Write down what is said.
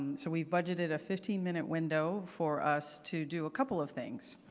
so we budgeted a fifteen minute window for us to do a couple of things.